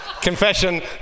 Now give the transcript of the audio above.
Confession